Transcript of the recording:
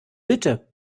bitte